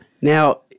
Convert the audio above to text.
Now